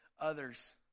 others